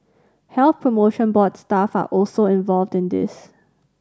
Health Promotion Board staff are also involved in this